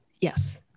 Yes